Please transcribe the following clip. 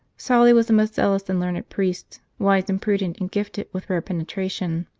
sauli was a most zealous and learned priest, wise and prudent, and gifted with rare penetration.